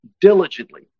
diligently